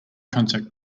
contact